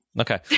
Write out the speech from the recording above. okay